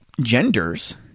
genders